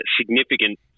significant